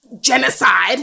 genocide